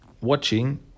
watching